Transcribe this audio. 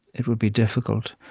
it would be difficult.